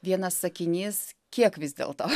vienas sakinys kiek vis dėlto